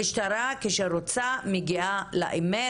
המשטרה כשהיא רוצה מגיעה לאמת